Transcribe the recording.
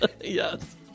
yes